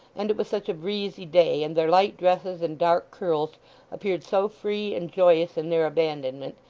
and it was such a breezy day, and their light dresses and dark curls appeared so free and joyous in their abandonment,